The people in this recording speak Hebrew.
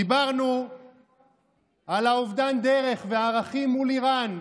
דיברנו על אובדן הדרך והערכים מול איראן,